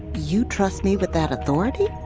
you trust me with that authority?